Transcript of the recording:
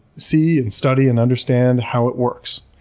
see and study and understand how it works.